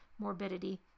morbidity